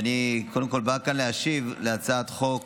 קודם כול אני בא להשיב על הצעת החוק